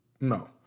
No